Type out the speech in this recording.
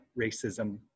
racism